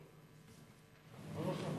חברי חברי הכנסת, לא רשום,